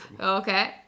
okay